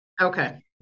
Okay